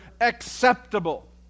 acceptable